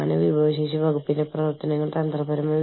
അതിനാൽ വ്യവസ്ഥകൾ ഓരോ രാജ്യത്തിനും വ്യത്യസ്തമാണ്